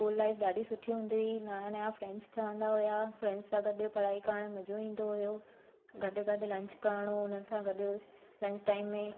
school life ॾाढी सुठी हूंदी हुई नया नया फ्रैंड्स ठहंदा हुया फ्रैंड्स सां गॾु मज़ो ईंदो हुओ गॾु गॾु लंच करिणो हुननि सां गॾु लंच टाइम में